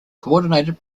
coordinated